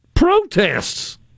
Protests